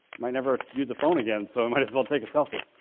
might never use a phone again, so might as well take a selfie.